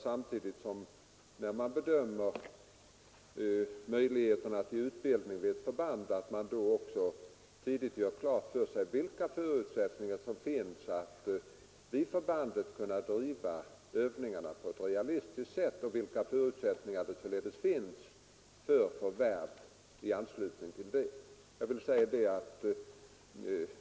Samtidigt som man bedömer möjligheterna till utbildning vid ett förband kan man då tidigt göra klart för sig vilka förutsättningar som finns för att vid förbandet bedriva övningar på ett realistiskt sätt och vilka förutsättningar som således finns för markförvärv i anslutning därtill.